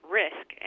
risk